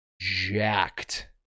jacked